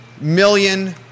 million